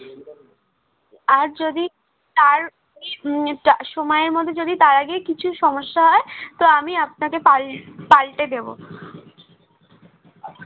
আর যদি তার তা সময়ের মধ্যে যদি তার আগেই কিছু সমস্যা হয় তো আমি আপনাকে পাল পাল্টে দেবো